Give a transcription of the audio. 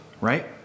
right